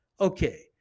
Okay